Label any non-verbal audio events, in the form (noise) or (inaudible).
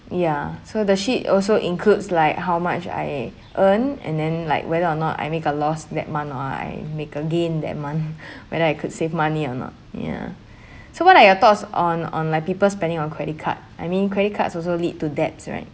ya so the sheet also includes like how much I earn and then like whether or not I make a loss that month or I make again that month (laughs) whether I could save money or not ya (breath) so what are your thoughts on on like people spending on credit card I mean credit cards also lead to debts right